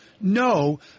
No